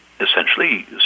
essentially